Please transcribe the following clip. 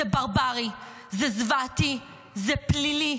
זה ברברי, זה זוועתי, זה פלילי,